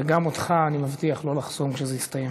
גם אותך אני מבטיח לא לחסום כשזה יסתיים.